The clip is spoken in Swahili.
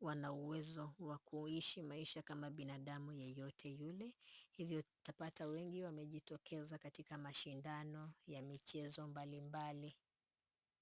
wana uwezo wa kuishi maisha kama binadamu yeyote yule. Hivi utapata wengi wamejitokeza katika mashindano ya michezo mbalimbali.